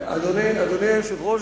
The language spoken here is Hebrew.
אדוני היושב-ראש,